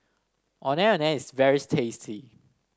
Ondeh Ondeh is very tasty